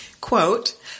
Quote